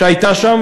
והייתה שם,